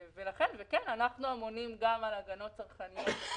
כן, אנחנו אמונים גם על הגנות צרכניות.